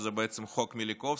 שזה בעצם חוק מיליקובסקי,